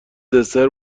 دسر